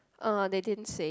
uh they didn't say